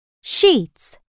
Sheets